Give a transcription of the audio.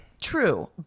true